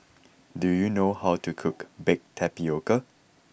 do you know how to cook Baked Tapioca